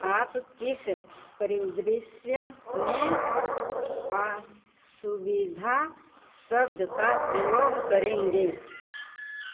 आप किस परिदृश्य में असुविधा शब्द का प्रयोग करेंगे